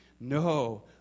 No